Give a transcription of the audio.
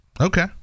Okay